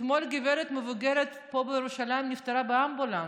אתמול גברת מבוגרת פה בירושלים נפטרה באמבולנס,